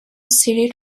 city